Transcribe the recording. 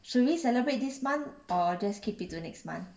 so should we celebrate it this month or just keep it to next month